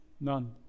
None